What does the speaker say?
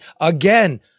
again